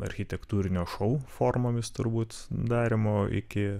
architektūrinio šou formomis turbūt darymo iki